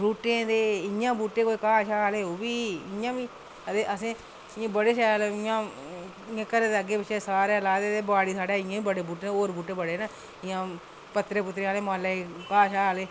बूह्टें दे ते इं'या बूह्टे कोई घाऽ ते ओह्बी ते इं'या बी असें इं'या बड़े शैल इं'या घरै दे अग्गें पिच्छें लाये ते बाड़ी साढ़े इं'या बी बड़े बूह्टे होर बी बड़े बूह्टे न इं'या पत्तरें आह्लें इं'या घाऽ आह्ले